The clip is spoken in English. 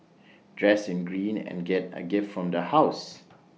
dress in green and get A gift from the house